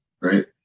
Right